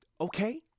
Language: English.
Okay